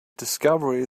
discovery